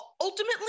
ultimately